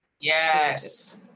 Yes